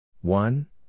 one